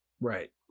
right